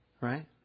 Right